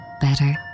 Better